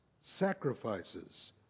sacrifices